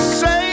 say